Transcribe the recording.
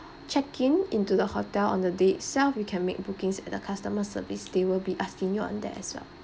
check in into the hotel on the day itself you can make bookings at the customer service they will be asking you on that as well